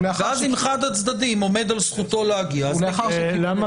ואם אחד הצדדים עומד על זכותו להגיע --- למה